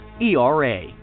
ERA